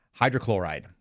hydrochloride